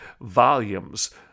volumes